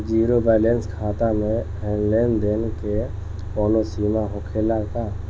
Zero balance खाता में लेन देन के कवनो सीमा होखे ला का?